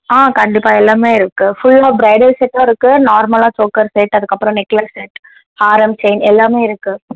ஆ கண்டிப்பாக எல்லாமே இருக்குது ஃபுல்லா ப்ரைடல் செட்டும் இருக்குது நார்மலான சோக்கர் செட் அதுக்கப்புறம் நெக்லஸ் செட் ஹாரம் செயின் எல்லாமே இருக்குது